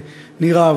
נראה,